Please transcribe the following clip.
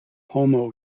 homo